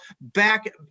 back